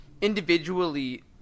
individually